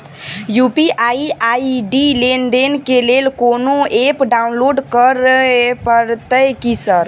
UPI ID लेनदेन केँ लेल कोनो ऐप डाउनलोड करऽ पड़तय की सर?